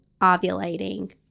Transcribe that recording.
ovulating